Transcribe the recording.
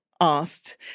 asked